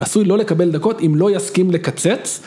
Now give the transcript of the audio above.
עשוי לא לקבל דקות אם לא יסכים לקצץ